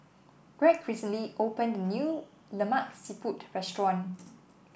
Gregg recently opened a new Lemak Siput restaurant